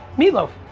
meatloaf.